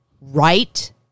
Right